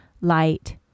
light